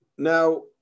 Now